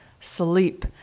sleep